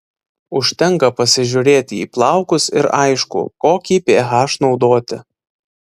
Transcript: užtenka pasižiūrėti į plaukus ir aišku kokį ph naudoti